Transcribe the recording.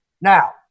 Now